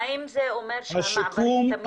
והאם זה אומר שהמעברים תמיד ריקים בסופ"ש?